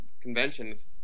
conventions